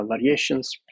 variations